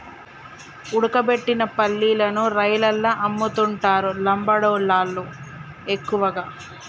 ఉడకబెట్టిన పల్లీలను రైలల్ల అమ్ముతుంటరు లంబాడోళ్ళళ్లు ఎక్కువగా